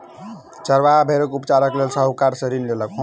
चरवाहा भेड़क उपचारक लेल साहूकार सॅ ऋण लेलक